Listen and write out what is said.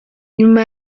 nyuma